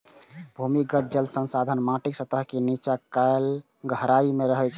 भूमिगत जल संसाधन माटिक सतह के निच्चा गहराइ मे रहै छै